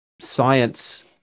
science